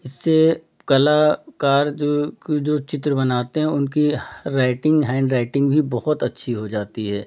इससे कलाकार जो कि जो चित्र बनाते हैं उनकी राइटिंग हैन्ड राइटिंग भी बहुत अच्छी हो जाती है